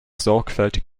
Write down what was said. sorgfältig